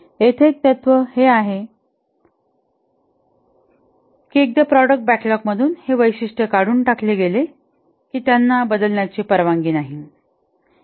येथे एक तत्व हे आहे की एकदा प्रॉडक्ट बॅकलॉगमधून हे वैशिष्ट्य काढून टाकले गेले की त्यांना बदलण्याची परवानगी नाही